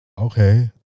Okay